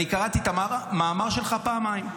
קראתי את המאמר שלך פעמיים,